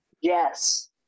Yes